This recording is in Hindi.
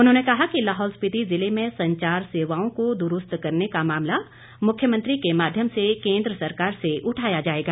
उन्होंने कहा कि लाहौल स्पिति जिले में संचार सेवाओं को दुरूस्त करने का मामला मुख्यमंत्री के माध्यम से केंद्र सरकार से उठाया जाएगा